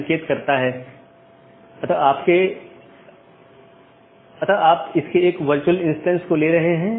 इसका मतलब है कि कौन से पोर्ट और या नेटवर्क का कौन सा डोमेन आप इस्तेमाल कर सकते हैं